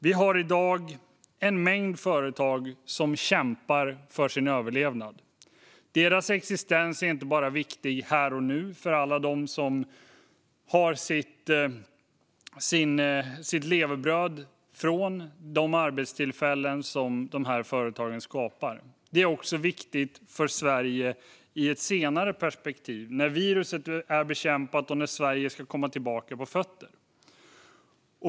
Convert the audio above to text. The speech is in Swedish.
Vi har i dag en mängd företag som kämpar för sin överlevnad. Deras existens är viktig, inte bara här och nu för alla dem som får sitt levebröd genom de arbetstillfällen företagen skapar. Den är också viktig för Sverige i ett senare perspektiv, när viruset är bekämpat och Sverige ska komma tillbaka på fötter.